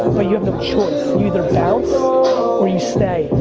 but you have no choice. you either bounce or you stay.